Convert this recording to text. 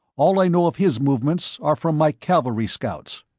all i know of his movements are from my cavalry scouts.